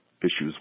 issues